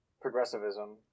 progressivism